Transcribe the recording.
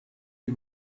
die